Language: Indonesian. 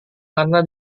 karena